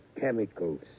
chemicals